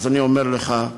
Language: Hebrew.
אז אני אומר לך: